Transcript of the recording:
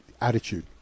attitude